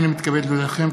הינני מתכבד להודיעכם,